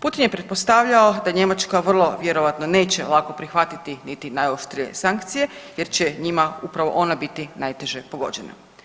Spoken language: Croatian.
Putin je pretpostavljao da Njemačka vrlo vjerojatno neće lako prihvatiti niti najoštrije sankcije jer će njima upravo ona biti najteže pogođena.